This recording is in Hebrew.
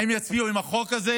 האם יצביעו בעד החוק הזה